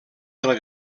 del